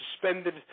suspended